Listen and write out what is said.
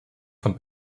von